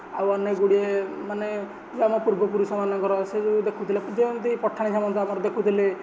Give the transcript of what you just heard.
ଆଉ ଅନେକଗୁଡ଼ିଏ ମାନେ ଯେ ଆମ ପୂର୍ବପୁରୁଷମାନଙ୍କର ସେ ଯେଉଁ ଦେଖୁଥିଲେ ଯେମିତି ପଠାଣି ସାମନ୍ତଙ୍କ ଆମର ଦେଖୁଥିଲେ